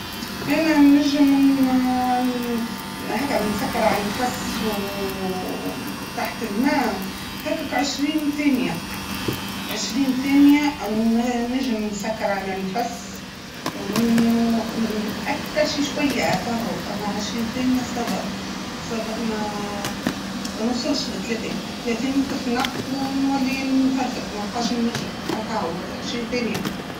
اااانتخيل روحي أنا هاكا ما نعرفش لإني هاكا حسب التقريب خمسه ثواني ما أكثرش ما نجمش ما نجمش أكثر ما نجمش كاهو خمس ثواني نشد نجمنش نشد روحي فيها أكثر لا اااااا ممكن حتى أقل شوية خمس ثواني خمس ثواني.